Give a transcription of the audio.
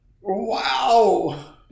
Wow